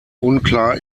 unklar